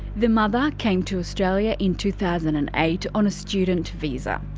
the mother came to australia in two thousand and eight on a student visa.